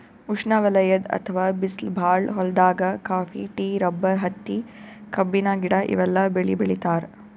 ಉಷ್ಣವಲಯದ್ ಅಥವಾ ಬಿಸ್ಲ್ ಭಾಳ್ ಹೊಲ್ದಾಗ ಕಾಫಿ, ಟೀ, ರಬ್ಬರ್, ಹತ್ತಿ, ಕಬ್ಬಿನ ಗಿಡ ಇವೆಲ್ಲ ಬೆಳಿ ಬೆಳಿತಾರ್